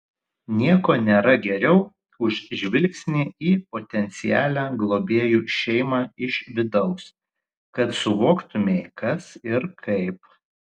nieko nėra geriau už žvilgsnį į potencialią globėjų šeimą iš vidaus kad suvoktumei kas ir kaip